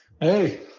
Hey